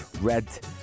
red